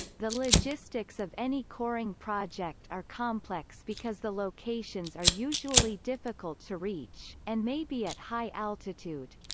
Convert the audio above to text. the logistics of any coring project are complex because the locations are usually difficult to reach, and may be at high altitude.